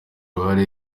uruhare